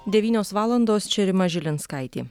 devynios valandos čia rima žilinskaitė